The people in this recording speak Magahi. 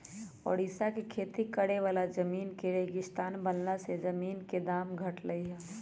ओड़िशा में खेती करे वाला जमीन के रेगिस्तान बनला से जमीन के दाम घटलई ह